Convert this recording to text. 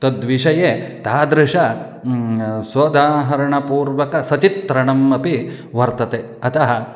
तद्विषये तादृशं सोदाहरणपूर्वकचित्रणम् अपि वर्तते अतः